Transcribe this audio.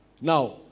Now